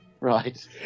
right